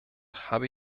habe